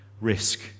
risk